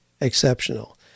exceptional